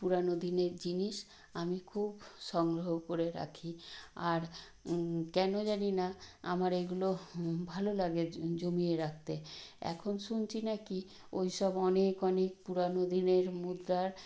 পুরানো দিনের জিনিস আমি খুব সংগ্রহ করে রাখি আর কেনো জানি না আমার এগুলো ভালো লাগে জমিয়ে রাখতে এখন শুনছি না কি ওই সব অনেক অনেক পুরানো দিনের মুদ্রার